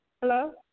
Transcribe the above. Hello